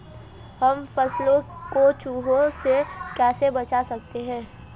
हम फसलों को चूहों से कैसे बचा सकते हैं?